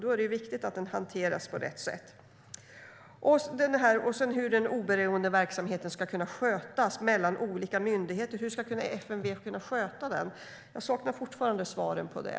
Då är det viktigt att den hanteras på rätt sätt. Sedan undrar jag hur den oberoende verksamheten ska kunna skötas mellan olika myndigheter. Hur ska FMV kunna sköta den? Jag saknar fortfarande svaren på det.